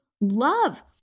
love